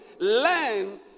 learn